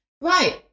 right